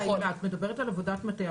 את מדברת על עבודת מטה,